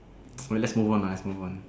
okay let's move on lah let's move on